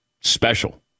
special